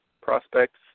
prospects